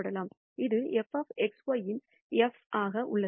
இது f y இன் f ஆக உள்ளது